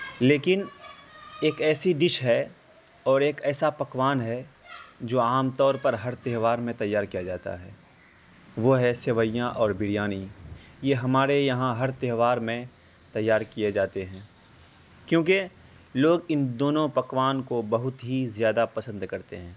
لیکن ایک ایسی ڈش ہے اور ایک ایسا پکوان ہے جو عام طور پر ہر تہوار میں تیار کیا جاتا ہے وہ ہے سویاں اور بریانی یہ ہمارے یہاں ہر تہوار میں تیار کیے جاتے ہیں کیونکہ لوگ ان دونوں پکوان کو بہت ہی زیادہ پسند کرتے ہیں